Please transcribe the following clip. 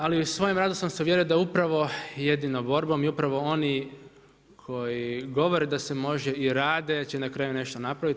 Ali u svojem radu sam se uvjerio da upravo jedino borbom i upravo oni koji govore da se može i rade će na kraju nešto napraviti.